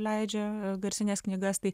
leidžia garsines knygas tai